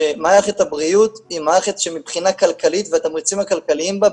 שמערכת הבריאות היא מערכת שמבחינה כלכלית והתמריצים הכלכליים בה,